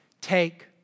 Take